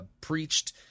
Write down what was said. preached